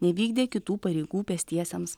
nevykdė kitų pareigų pėstiesiems